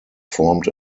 formed